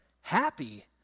Happy